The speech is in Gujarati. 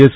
એસ